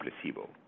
placebo